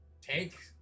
Take